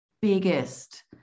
biggest